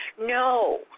no